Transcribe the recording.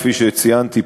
כפי שציינתי,